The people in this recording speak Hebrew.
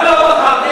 למה לא בחרתם?